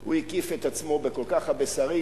הוא הקיף את עצמו בכל כך הרבה שרים,